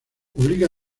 publica